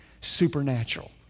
supernatural